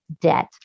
debt